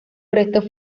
restos